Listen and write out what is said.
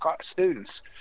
students